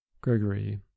Gregory